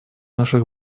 наших